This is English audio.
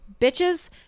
bitches